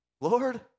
Lord